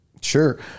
Sure